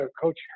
Coach